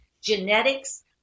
genetics